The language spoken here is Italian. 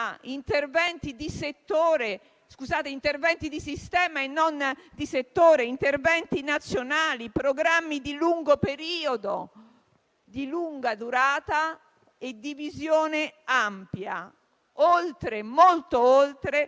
di lungo periodo e di visione ampia, oltre, molto oltre, la logica stretta dell'emergenza. Soprattutto non dobbiamo mai favorire lo scenario, che purtroppo si